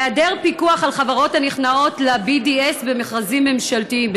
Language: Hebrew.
היעדר פיקוח על חברות הנכנעות ל-BDS במכרזים ממשלתיים,